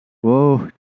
Whoa